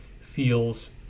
feels